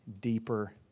deeper